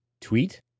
Tweet